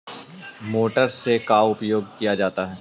Motor से का उपयोग क्या जाता है?